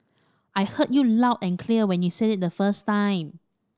I heard you loud and clear when you say it the first time